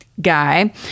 guy